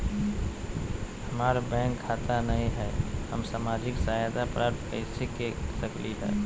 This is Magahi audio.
हमार बैंक खाता नई हई, हम सामाजिक सहायता प्राप्त कैसे के सकली हई?